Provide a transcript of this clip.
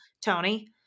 Tony